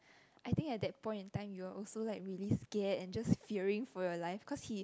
I think at that point in time you're also like really scared and just fearing for your life cause he